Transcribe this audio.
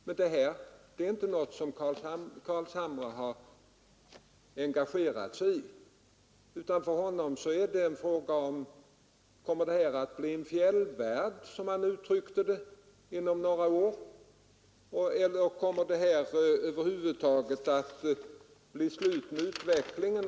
Men detta har inte herr Carlshamre engagerat sig i, utan han menar att detta område kommer att bli en fjällvärld, som han uttryckte det, inom några år, genom att det över huvud taget blivit slut med utvecklingen.